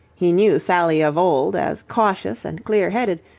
he knew sally of old as cautious and clear-headed,